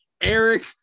Eric